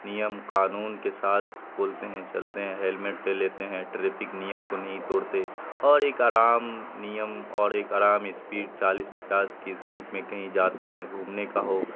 نیم قانون کے ساتھ بولتے ہیں چلتے ہیں ہیلمٹ لے لیتے ہیں ٹریفک نیم کو نہیں توڑتے اور ایک آرام نیم اور ایک آرام اسپیڈ چالیس پچاس کی اسپیڈ میں کہیں جاتے ہیں گھومنے کا ہو